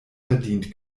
verdient